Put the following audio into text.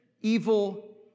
evil